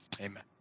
Amen